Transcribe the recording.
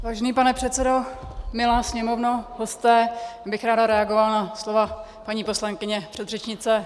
Vážený pane předsedo, milá Sněmovno, hosté, já bych ráda reagovala na slova paní poslankyně předřečnice.